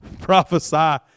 Prophesy